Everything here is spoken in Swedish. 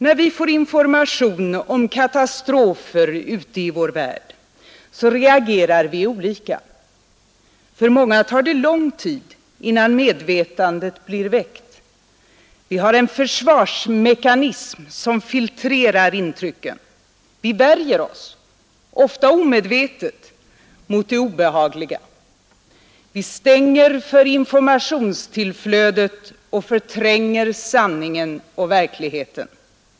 När vi får information om katastrofer ute i vår värld, så reagerar vi olika. För många tar det lång tid, innan medvetandet blir väckt. Vi har en försvarsmekanism som filtrerar intrycken. Vi värjer oss — ofta omedvetet — mot det obehagliga; vi stänger för informationstillflödet och förtränger sanningen och verkligheten.